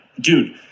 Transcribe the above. dude